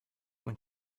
when